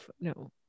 no